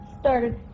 started